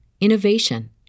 innovation